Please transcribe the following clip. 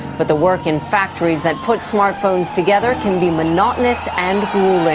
but the work in factories that put smart phones together can be monotonous and